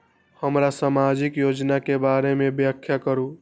हमरा सामाजिक योजना के बारे में व्याख्या करु?